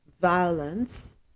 violence